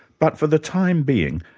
but for the time being,